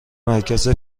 مرکز